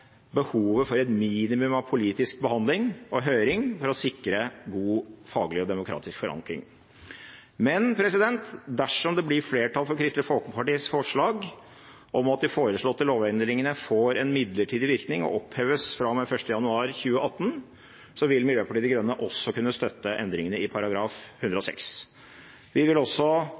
behovet for et minimum av politisk behandling og høring for å sikre god, faglig og demokratisk forankring. Men dersom det blir flertall for Kristelig Folkepartis forslag om at de foreslåtte lovendringene får en midlertidig virkning og oppheves fra og med 1. januar 2018, vil Miljøpartiet De Grønne også kunne støtte endringene i § 106. Vi vil også